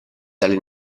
dalle